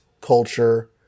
culture